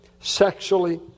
sexually